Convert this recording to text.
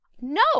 No